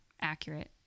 accurate